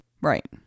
Right